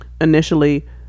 Initially